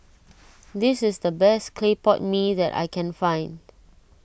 this is the best Clay Pot Mee that I can find